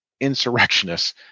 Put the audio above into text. insurrectionists